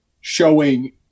showing